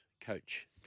Coach